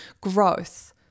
growth